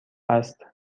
است